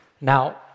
Now